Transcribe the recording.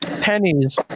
pennies